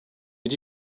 did